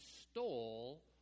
stole